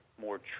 more